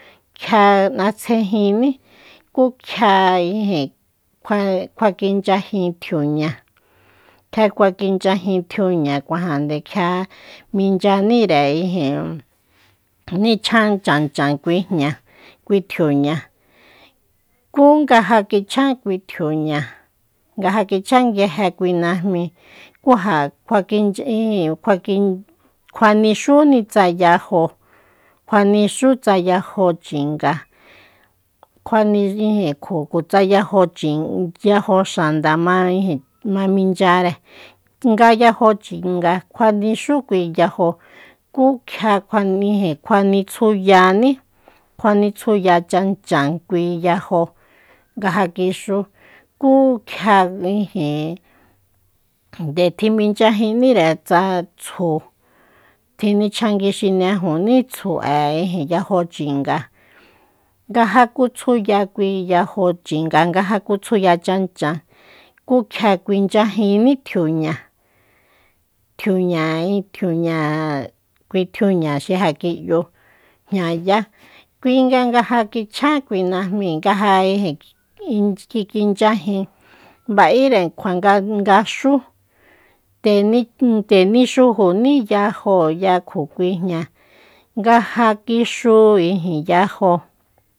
Kjia n'asjejiní ku kjia ijin kjua- kjua kinchyajin tjiuña- kjia kjua kinchyajin tjiuña cuajande kjia minchyanire ijin nichan chan chan kui jña kui tjiuña kú nga ja kichjan kui tjiuña nga ja kichjan nguije kui najmi kuja kjua- kinch- ijin- kjuan kjuanixúni tsa yajo kjuanixú tsa yajo chinga tsa yajo xanda ma ijin ma minchyare nga yajo chinga kjua nixú kui yajo kú kjia kuanitsuyaní kjuanitsuya chan chan kui yajo nga ja kixu ku kjia ijin nde tjiminchyajínire tsa tsju tjinichjanguixinejuní tsju'e yajo chinga nga ja kutsuya kui yajo chinga nga ja kutsuya chan chan ku kjia kuinchyajiní tjiuña tjiuña- tjiuña kui tjiuña xi ja ki'yu jña yá kuinga nga ja kichjan kui najmi nga ja ijin kikinchyajin ba'ere kjua nga xú te- tenixujuní yajóo ya kjo kui jña nga ja kixu ijin yajo